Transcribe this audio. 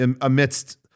amidst